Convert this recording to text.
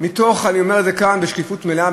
אני אומר את זה כאן בשקיפות מלאה,